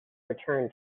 return